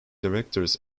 directors